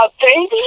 baby